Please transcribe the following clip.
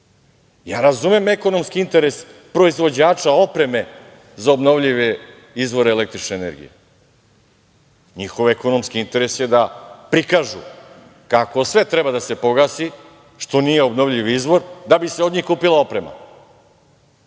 Ja razumem ekonomski interes proizvođača opreme za obnovljive izvore električne energije. Njihov ekonomski interes je da prikažu kako sve treba da se pogasi što nije obnovljivi izvor, da bi se od njih kupila oprema.